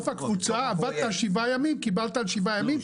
הקבוצה, עבדת שבעה ימים, קיבלת על שבעה ימים.